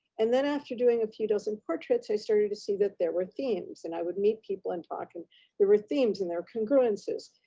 and then after doing a few dozen portraits, i started to see that there were themes and i would meet people and talk, and there were themes and there were congruences.